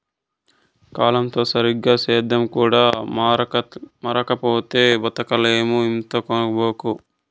కాలంతో సరిగా సేద్యం కూడా మారకపోతే బతకలేమక్కో ఇంతనుకోబాకు